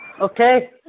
Okay